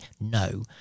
no